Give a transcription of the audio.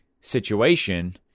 situation